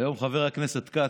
חבר הכנסת כץ,